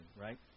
right